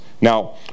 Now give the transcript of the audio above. Now